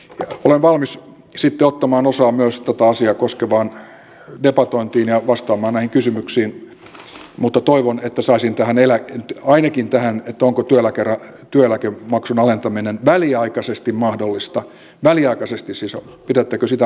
olen valmis sitten ottamaan osaa myös tätä koskevaan debatointiin ja vastaamaan näihin kysymyksiin mutta toivon että saisin vastauksen ainakin tähän että onko työeläkemaksun alentaminen väliaikaisesti mahdollista väliaikaisesti siis pidättekö sitä mahdollisena